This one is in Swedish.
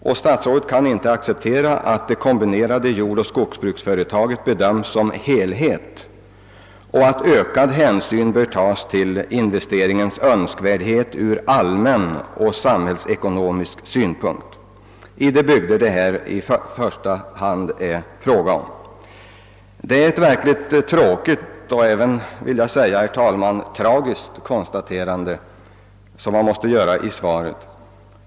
Han kan inte heller acceptera att det kombinerade jordoch skogsbruksföretaget bedöms som helhet eller att ökad hänsyn tages till investeringens önskvärdhet från allmän och samhällsekonomisk synpunkt i de byg der det här i första hand är fråga om. Detta är ett verkligt beklagligt och, herr talman, rent av tragiskt konstaterande.